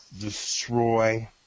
destroy